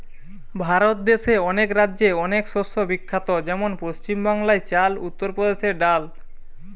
ভারত দেশে অনেক রাজ্যে অনেক শস্য বিখ্যাত যেমন পশ্চিম বাংলায় চাল, উত্তর প্রদেশে ডাল